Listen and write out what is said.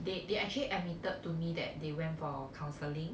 they they actually admitted to me that they went for counselling